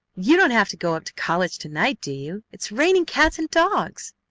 you don't have to go up to college to-night, do you? it's raining cats and dogs!